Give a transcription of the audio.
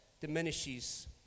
diminishes